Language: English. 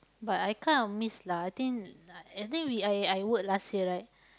but I kind of miss lah I think I think we I I work last year right